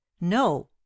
no